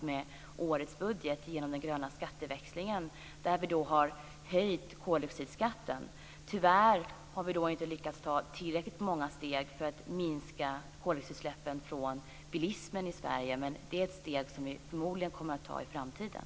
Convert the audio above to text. Jag tänker då på den gröna skatteväxlingen och höjningen av koldoxidskatten. Tyvärr har vi inte lyckats ta tillräckligt många steg för att minska bilismens koldioxidutsläpp i Sverige men det steget tar vi förmodligen i framtiden.